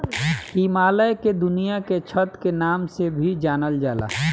हिमालय के दुनिया के छत के नाम से भी जानल जाला